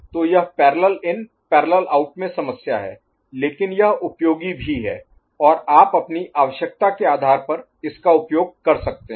तो यह parallel in parallel out में समस्या है लेकिन यह उपयोगी भी है और आप अपनी आवश्यकता के आधार पर इसका उपयोग कर सकते हैं